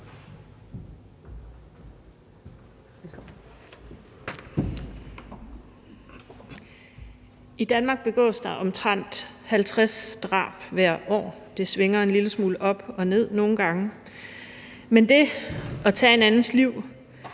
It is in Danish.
I Danmark begås der omtrent 50 drab hvert år – det svinger en lille smule op og ned nogle gange. Men det at tage en andens liv